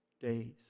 Days